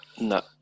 No